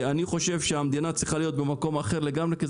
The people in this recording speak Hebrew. אני חושב שהמדינה צריכה להיות במקום אחר לגמרי,